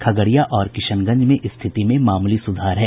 खगड़िया और किशनगंज में स्थिति में मामूली सुधार है